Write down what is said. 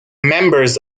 members